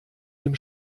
dem